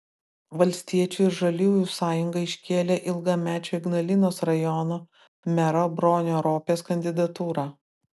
valstiečių ir žaliųjų sąjunga iškėlė ilgamečio ignalinos rajono mero bronio ropės kandidatūrą